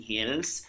Hills